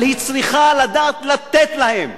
אבל היא צריכה לדעת לתת להם.